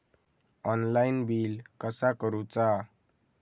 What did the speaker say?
Online bill कसा करुचा?